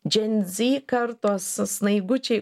dženzy kartos snaigučiai